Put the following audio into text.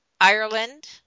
Ireland